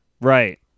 Right